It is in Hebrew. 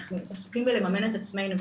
אנחנו עסוקים בלממן את עצמנו.